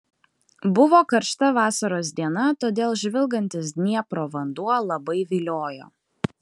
buvo karšta vasaros diena todėl žvilgantis dniepro vanduo labai viliojo